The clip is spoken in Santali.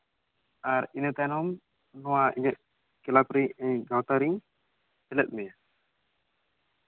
ᱟᱨ ᱤᱱᱟᱹ ᱛᱟᱭᱱᱚᱢ ᱱᱚᱣᱟ ᱤᱧᱟᱹᱜ ᱠᱮᱞᱟᱵᱨᱮ ᱜᱟᱶᱛᱟᱨᱤᱧ ᱥᱮᱞᱮᱫ ᱢᱮᱭᱟ